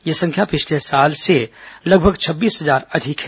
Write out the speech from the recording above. यह संख्या पिछले साल से लगभग छब्बीस हजार अधिक है